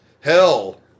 Hell